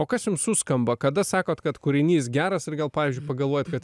o kas jum suskamba kada sakot kad kūrinys geras ir gal pavyzdžiui pagalvojat kad